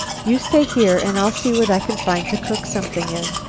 you stay here and i'll see what i can find to cook something in.